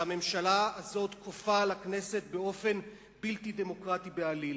שהממשלה הזאת כופה על הכנסת באופן בלתי דמוקרטי בעליל.